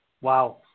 Wow